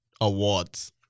awards